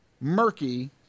murky